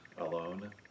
alone